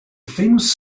famous